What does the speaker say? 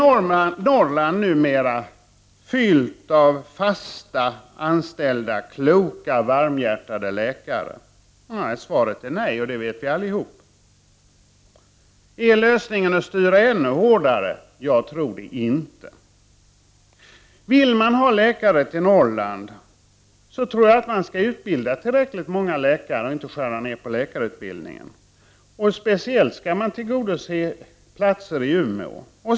Är Norrland numera fyllt av fast anställda, kloka, varmhjärtade läkare? Svaret är nej — det vet vi allihop. Är lösningen att styra ännu hårdare? Jag tror det inte. Vill man ha läkare till Norrland, tror jag att man skall utbilda tillräckligt med läkare och inte skära ned på läkarutbildningen. Speciellt skall man tillgodose utbildningsplatser i Umeå.